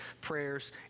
prayers